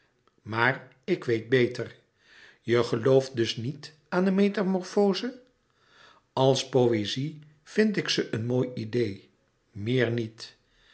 maar ik weet beter je gelooft das niet aan de metamorforze als poëzie vind ik ze een mooi idee meer niet